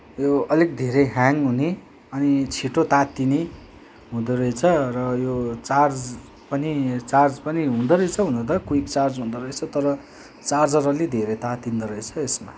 यो अलिक धेरै ह्याङ् हुने अनि छिटो तात्तिने हुँदोरहेछ र यो चार्ज पनि चार्ज पनि हुँदोरैछ हुन त क्विक चार्ज हुँदोरहेछ तर चार्जर अलिक धेरै तातिँदोरहेछ यसमा